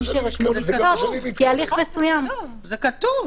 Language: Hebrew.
שיירשמו כי הליך מסוים --- זה כתוב.